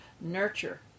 nurture